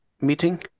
meeting